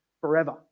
forever